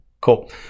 Cool